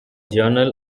journal